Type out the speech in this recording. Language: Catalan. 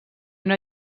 una